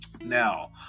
now